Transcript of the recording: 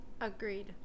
Agreed